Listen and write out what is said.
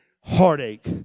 heartache